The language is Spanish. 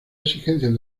exigencias